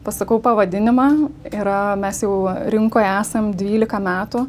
pasakau pavadinimą yra mes jau rinkoje esam dvylika metų